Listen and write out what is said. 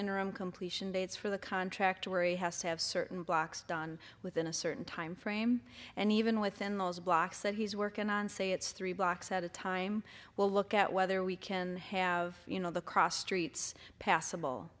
interim completion dates for the contractor worry has to have certain blocks done within a certain time frame and even within those blocks that he's working on say it's three blocks at a time well look at whether we can have you know the cross streets passable